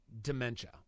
dementia